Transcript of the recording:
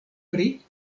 pri